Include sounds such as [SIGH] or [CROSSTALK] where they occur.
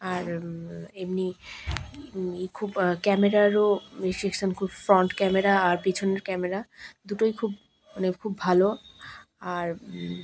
আর এমনি খুব ক্যামেরারও এ [UNINTELLIGIBLE] খুব ফ্রন্ট ক্যামেরা আর পিছনের ক্যামেরা দুটোই খুব মানে খুব ভালো আর